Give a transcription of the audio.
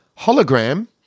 hologram